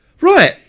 Right